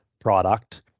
product